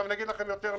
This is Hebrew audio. אני אגיד לכם יותר מזה,